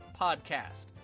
podcast